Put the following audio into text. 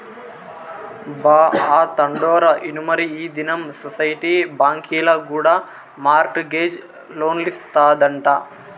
బా, ఆ తండోరా ఇనుమరీ ఈ దినం సొసైటీ బాంకీల కూడా మార్ట్ గేజ్ లోన్లిస్తాదంట